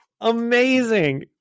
amazing